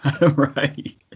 right